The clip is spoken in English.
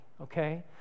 okay